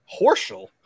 Horschel